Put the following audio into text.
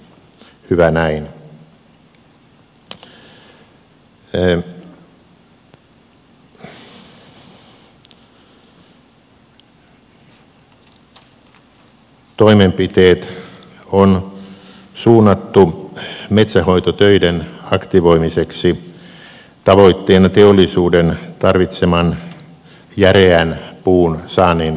toimenpiteet on suunnattu metsänhoitotöiden aktivoimiseksi tavoitteena teollisuuden tarvitseman järeän puun saannin varmistaminen